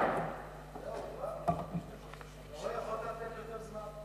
3. מה היא עמדת משרדך ומה הוא עושה בנדון?